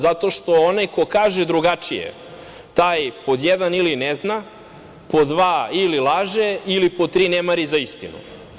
Zato što onaj ko kaže drugačije, taj pod jedan – ili ne zna, pod dva – ili laže ili pod tri – ne mari za istinu.